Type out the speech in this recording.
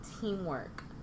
teamwork